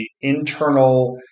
internal